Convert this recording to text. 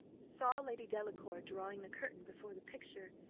saw lady delacour drawing the curtain before the picture,